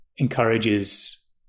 encourages